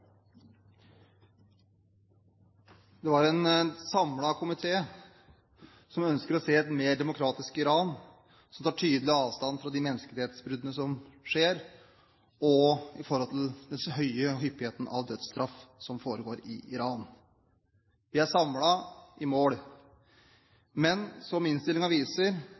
en samlet komité som ønsker å se et mer demokratisk Iran som tar tydelig avstand fra de bruddene på menneskerettighetene som skjer, og de hyppige dødsstraffene som foregår i landet. Vi er samlet om målene, men som innstillingen viser,